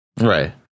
Right